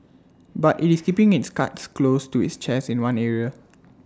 but IT is keeping its cards close to its chest in one area